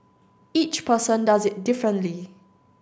each person does it differently